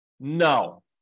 No